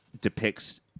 depicts